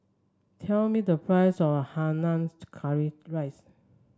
tell me the price of Curry Rice